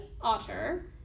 otter